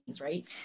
right